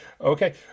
Okay